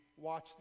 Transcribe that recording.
watch